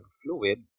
fluid